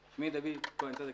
שמי דוד כהן צדק,